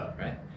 right